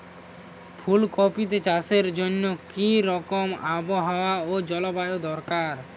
ফুল কপিতে চাষের জন্য কি রকম আবহাওয়া ও জলবায়ু দরকার?